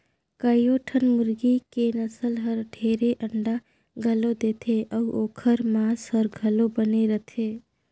कयोठन मुरगी के नसल हर ढेरे अंडा घलो देथे अउ ओखर मांस हर घलो बने रथे